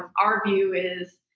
um our view is,